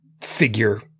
figure